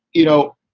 you know,